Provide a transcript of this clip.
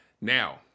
now